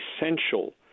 essential